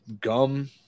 gum